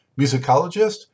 musicologist